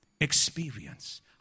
experience